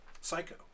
Psycho